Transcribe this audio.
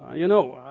you know,